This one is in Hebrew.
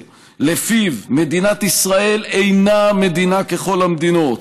שלפיו מדינת ישראל אינה מדינה ככל המדינות,